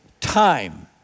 time